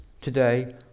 today